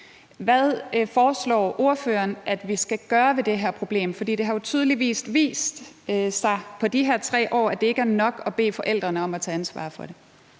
Hvad foreslår ordføreren at vi skal gøre ved det her problem? For det har jo tydeligvis vist sig på de her 3 år, at det ikke er nok at bede forældrene om at tage ansvar for det.